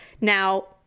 Now